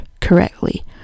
correctly